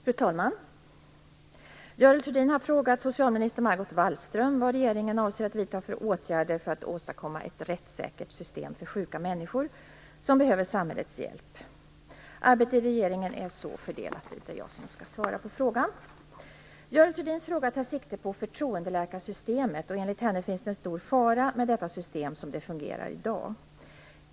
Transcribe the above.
Fru talman! Görel Thurdin har frågat socialminister Margot Wallström vad regeringen avser att vidta för åtgärder för att åstadkomma ett rättssäkert system för sjuka människor, som behöver samhällets hjälp. Arbetet i regeringen är så fördelat att det är jag som skall svara på frågan. Görel Thurdins fråga tar sikte på förtroendeläkarsystemet. Enligt henne finns det en stor fara med detta system som det fungerar i dag.